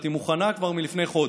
היא מוכנה כבר מלפני חודש.